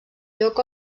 lloc